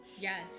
yes